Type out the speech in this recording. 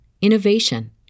innovation